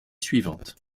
suivante